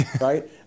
right